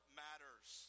matters